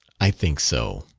i think so.